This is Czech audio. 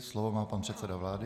Slovo má pan předseda vlády.